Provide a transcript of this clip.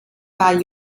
war